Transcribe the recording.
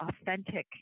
authentic